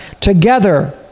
together